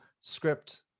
script